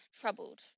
troubled